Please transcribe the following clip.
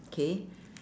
K